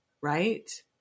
right